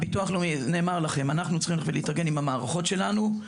נאמר לכם, אנחנו צריכים להתארגן עם המערכות שלנו.